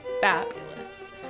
Fabulous